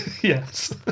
Yes